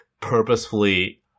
purposefully